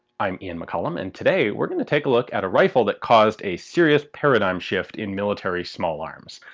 i'm ian mccollum, and today we're going to take a look at a rifle that caused a serious paradigm shift in military small arms.